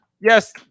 yes